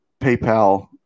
PayPal